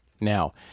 Now